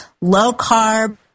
low-carb